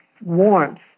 warmth